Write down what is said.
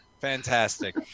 Fantastic